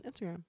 Instagram